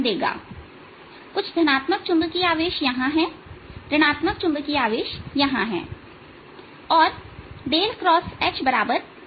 देगा कुछ धनात्मक चुंबकीय आवेश यहां हैऋणात्मक चुंबकीय आवेश यहां है और × H0 है